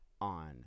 on